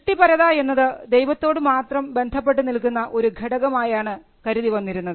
സൃഷ്ടിപരത എന്നത് ദൈവത്തോട് മാത്രം ബന്ധപ്പെട്ടു നിൽക്കുന്ന ഒരു ഘടകം ആയാണ് കരുതി വന്നിരുന്നത്